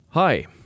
Hi